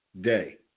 day